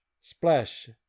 splash